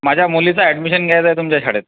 माझ्या मुलीचं अॅडमिशन घ्यायचं आहे तुमच्या शाळेत